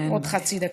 עוד חצי דקה.